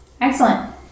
Excellent